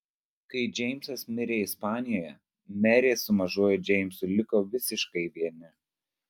kai džeimsas mirė ispanijoje merė su mažuoju džeimsu liko visiškai vieni